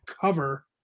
cover